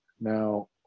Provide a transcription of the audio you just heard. now